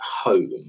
home